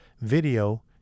Video